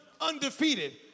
undefeated